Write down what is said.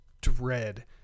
dread